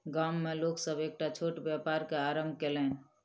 गाम में लोक सभ एकटा छोट व्यापार के आरम्भ कयलैन